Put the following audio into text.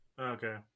okay